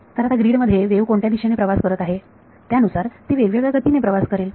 तर आता ग्रीड मध्ये वेव्ह कोणत्या दिशेने प्रवास करत आहे त्यानुसार ती वेगवेगळ्या गतीने प्रवास करेल